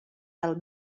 del